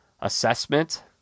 assessment